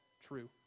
true